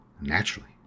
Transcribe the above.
naturally